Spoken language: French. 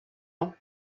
ans